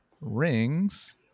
rings